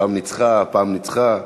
פעם ניצחה, פעם ניצחה,